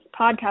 podcast